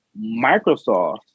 Microsoft